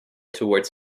towards